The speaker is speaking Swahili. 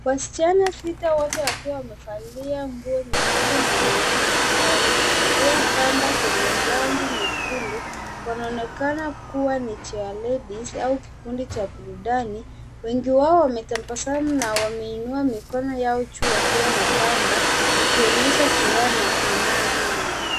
Wasichana sita wote wakiwa wamevalia nguo nyekundu na nyeusi na wameshikilia pamba zenye rangi nyekundu wanaonekana kuwa ni [cs ] chairladies [cs ] au kikundi cha burudani. Wengine wao wametabasamu na wameinua mikono yao juu zikiwa na pamba wakionyesha furaha na hamasa.